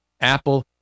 Apple